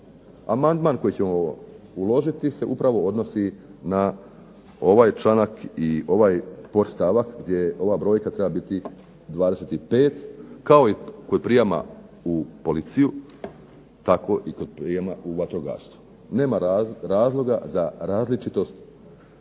Amandman koji ćemo uložiti se upravo odnosi na ovaj članka i ovaj podstavak gdje ova brojka treba biti 25 kao i kod prijama u policiju, tako i kod prijama u vatrogastvo. Nema razloga za različitost